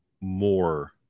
more